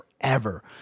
forever